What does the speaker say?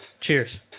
Cheers